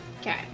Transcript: Okay